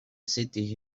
city